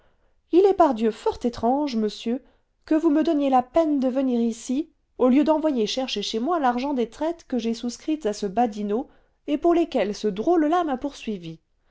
il est pardieu fort étrange monsieur que vous me donniez la peine de venir ici au lieu d'envoyer chercher chez moi l'argent des traites que j'ai souscrites à ce badinot et pour lesquelles ce drôle-là m'a poursuivi